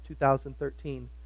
2013